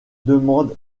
demande